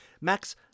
Max